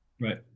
Right